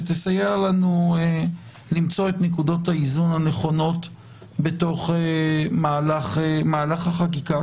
שתסייע לנו למצוא את נקודות האיזון הנכונות בתוך מהלך החקיקה,